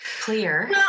clear